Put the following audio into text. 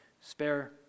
spare